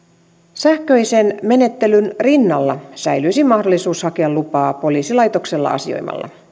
sähköisen menettelyn rinnalla säilyisi mahdollisuus hakea lupaa poliisilaitoksella asioimalla